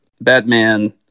batman